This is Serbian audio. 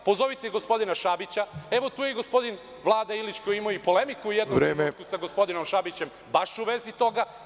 Pozovite gospodina Šabića, tu je i gospodin Vlada Ilić, koji je imao polemiku u jednom trenutku… (Predsedavajući: Vreme.) … sa gospodinom Šabićem, baš u vezi toga.